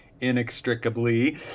inextricably